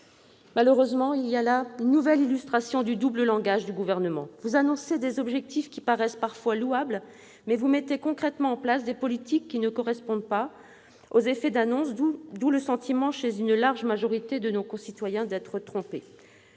Malheureusement, il y a là une nouvelle illustration du double langage du Gouvernement : vous annoncez des objectifs qui paraissent, parfois, louables, mais vous mettez concrètement en place des politiques qui ne correspondent pas aux effets d'annonce. D'où le sentiment, chez une large majorité de nos concitoyens, d'être trompés.